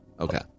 Okay